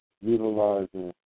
utilizing